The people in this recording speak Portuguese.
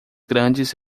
grandes